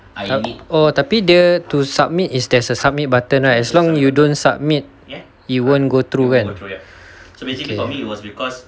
oh tapi dia to submit is there's a submit button right as long you don't submit it won't go through kan okay